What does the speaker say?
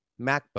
MacBook